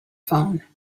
phone